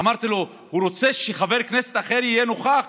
אמרתי לו: הוא רוצה שחבר כנסת אחר יהיה נוכח?